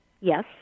Yes